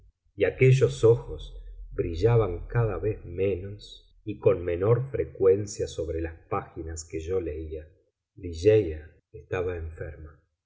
y aquellos ojos brillaban cada vez menos y con menor frecuencia sobre las páginas que yo leía ligeia estaba enferma